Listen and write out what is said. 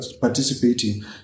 participating